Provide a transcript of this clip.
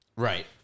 Right